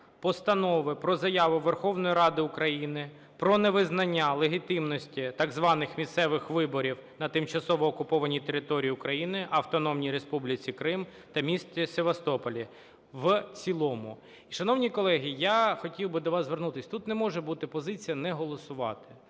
Постанови про Заяву Верховної Ради України про невизнання легітимності так званих "місцевих виборів" на тимчасово окупованій території України – Автономній Республіці Крим та місті Севастополі в цілому. Шановні колеги, я хотів би до вас звернутися, тут не може бути позиція не голосувати,